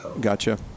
gotcha